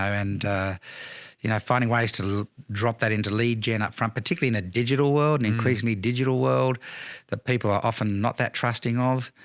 um and you know, finding ways to drop that into lead gen up front, particularly in a digital world and increasingly digital world that people are often not that trusting of